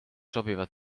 sobivad